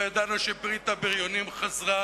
לא ידענו שברית הבריונים חזרה